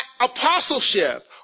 apostleship